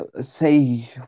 say